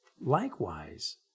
Likewise